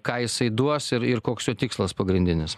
ką jisai duos ir ir koks jo tikslas pagrindinis